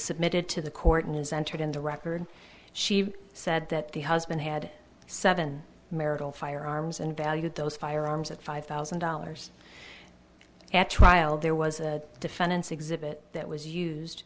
submitted to the court and is entered in the record she said that the husband had seven marital firearms and valued those firearms at five thousand dollars at trial there was a defendant's exhibit that was used